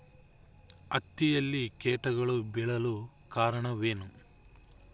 ಹತ್ತಿಯಲ್ಲಿ ಕೇಟಗಳು ಬೇಳಲು ಕಾರಣವೇನು?